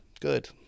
Good